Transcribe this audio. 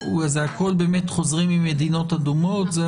זה הכול חוזרים ממדינות אדומות?